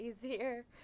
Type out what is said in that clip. easier